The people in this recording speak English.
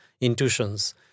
intuitions